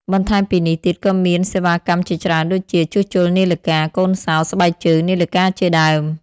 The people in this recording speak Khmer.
បន្ថែមពីនេះទៀតក៏មានសេវាកម្មជាច្រើនដូចជា ជួសជុលនាឡិកា កូនសោរ ស្បែកជើង នាឡិកាជាដើម ។